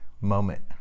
moment